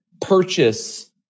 purchase